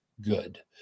good